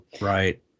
right